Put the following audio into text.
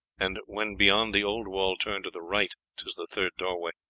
and when beyond the old wall turn to the right tis the third doorway.